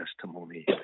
testimony